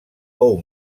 fou